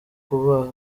kubaha